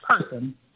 person